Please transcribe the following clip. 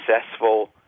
successful